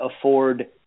afford